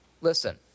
listen